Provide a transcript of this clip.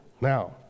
Now